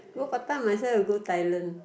go Batam might as well you go Thailand